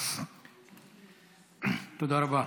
תודה רבה.